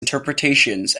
interpretations